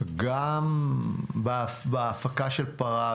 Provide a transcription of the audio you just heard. גם בהפקה של חלב,